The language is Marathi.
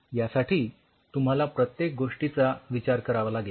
यासाठी तुम्हाला प्रत्येक गोष्टीचा विचार करावा लागेल